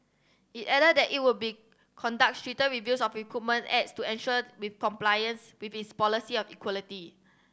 it added that it would be conduct stricter reviews of recruitment ads to ensure with compliance with its policy of equality